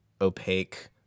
opaque